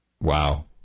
Wow